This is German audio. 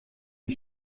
die